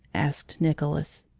asked nicolas.